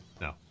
No